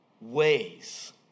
ways